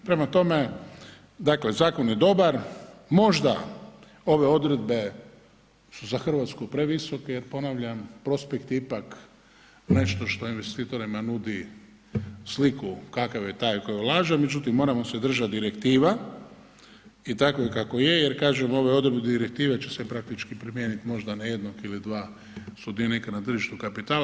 Prema tom, dakle zakon je dobar, možda ove odredbe su za Hrvatsku previsoke, ponavljam prospekt je ipak nešto što investitorima nudi sliku kakav je taj koji ulaže, međutim moramo se držati direktiva i tako je kako je, jer kažem ove odredbe direktive će se praktički primijeniti možda na jednog ili dva sudionika na tržištu kapitala.